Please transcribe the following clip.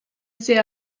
ser